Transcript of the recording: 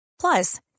Plus